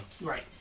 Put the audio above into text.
Right